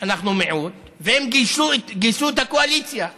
אנחנו מיעוט, והם גייסו את הקואליציה בוועדה.